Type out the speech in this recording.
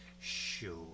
Sure